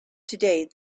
today